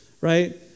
right